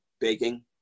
baking